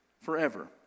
forever